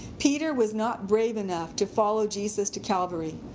peter was not brave enough to follow jesus to calvary.